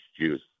juice